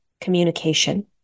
communication